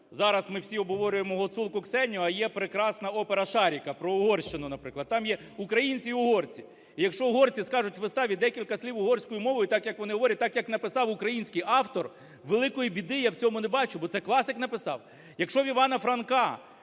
зараз ми всі обговорюємо "Гуцулку Ксеню", а є прекрасна опера "Шаріка" про Угорщину, наприклад. Там є українці і угорці. І якщо угорці скажуть у виставі декілька слів угорською мовою – так, як вони говорять, так, як написав український автор – великої біди я в цьому не бачу. Бо це класик написав. Якщо у Івана Франка